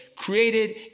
created